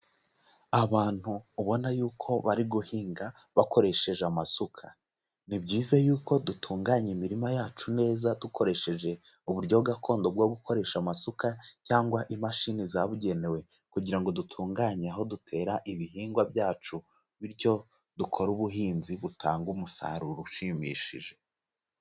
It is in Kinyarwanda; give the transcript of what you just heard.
Abantu ubona yuko bari guhinga bakoresheje amasuka. Ni byiza yuko dutunganya imirima yacu neza dukoresheje uburyo gakondo bwo gukoresha amasuka cyangwa imashini zabugenewe kugira ngo dutunganye aho dutera ibihingwa byacu bityo dukore ubuhinzi butanga umusaruro ushimishije.